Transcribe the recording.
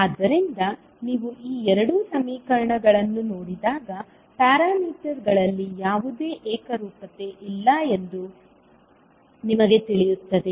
ಆದ್ದರಿಂದ ನೀವು ಈ ಎರಡು ಸಮೀಕರಣಗಳನ್ನು ನೋಡಿದಾಗ ಪ್ಯಾರಾಮೀಟರ್ಗಳಲ್ಲಿ ಯಾವುದೇ ಏಕರೂಪತೆ ಇಲ್ಲ ಎಂದು ನಿಮಗೆ ತಿಳಿಯುತ್ತದೆ